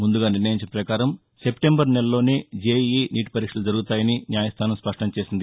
ముందుగా నిర్ణయించిన ప్రకారం సెప్లెంబర్ నెలలోనే జెఇఇ నీట్ పరీక్షలు జరుగుతాయని న్యాయస్థానం స్పష్టం చేసింది